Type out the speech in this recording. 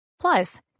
Plus